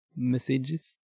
messages